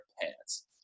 pants